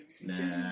Nah